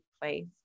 place